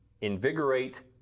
invigorate